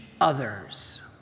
others